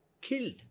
Killed